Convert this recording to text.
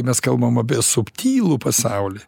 mes kalbam apie subtilų pasaulį